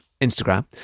instagram